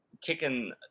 kicking